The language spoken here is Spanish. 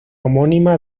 homónima